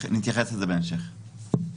נתייחס לזה בהמשך.